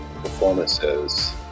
performances